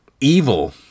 evil